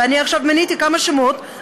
ואני עכשיו מניתי כמה שמות,